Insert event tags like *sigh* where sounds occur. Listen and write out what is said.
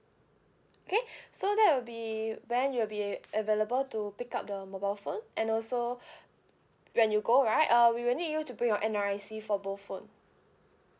okay so that will be when you'll be available to pick up the mobile phone and also *breath* when you go right uh we will need you to bring your N_R_I_C for both phone